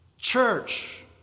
Church